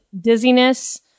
dizziness